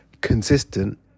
consistent